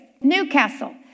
Newcastle